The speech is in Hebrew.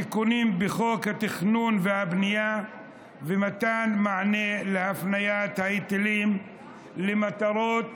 תיקונים בחוק התכנון והבנייה ומתן מענה להבניית ההיטלים למטרות